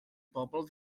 bobol